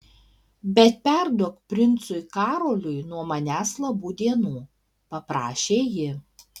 bet perduok princui karoliui nuo manęs labų dienų paprašė ji